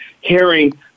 hearing